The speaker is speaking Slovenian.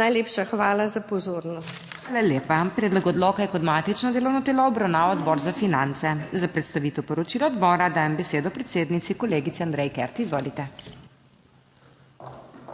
Najlepša hvala za pozornost. PODPREDSEDNICA MAG. MEIRA HOT: Hvala lepa. Predlog odloka je kot matično delovno telo obravnaval Odbor za finance. Za predstavitev poročila odbora dajem besedo predsednici kolegici Andreji Kert, izvolite.